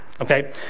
okay